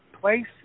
place